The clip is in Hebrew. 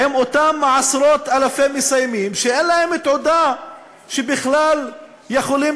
אותם עשרות-אלפי מסיימים שאין להם תעודה שבכלל יכולים